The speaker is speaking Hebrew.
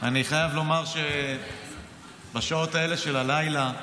אני חייב לומר שבשעות האלה של הלילה,